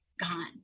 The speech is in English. gone